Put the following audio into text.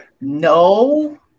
No